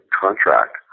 contract